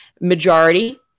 majority